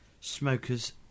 smoker's